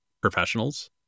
professionals